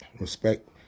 Respect